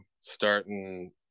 starting